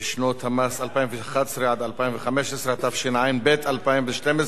בשנות המס 2012 2015), התשע"ב 2012,